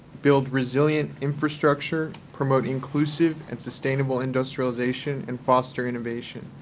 build resilient infrastructure, promote inclusive and sustainable industrialization, and foster innovation.